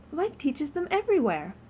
life teaches them everywhere.